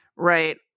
Right